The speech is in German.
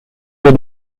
wir